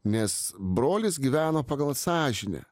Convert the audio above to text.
nes brolis gyveno pagal sąžinę